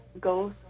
go